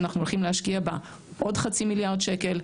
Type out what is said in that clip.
שאנחנו הולכים להשקיע בה עוד חצי מיליארד שקל,